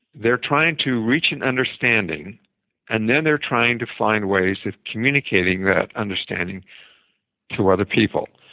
they're trying to reach an understanding and then they're trying to find ways of communicating that understanding to other people.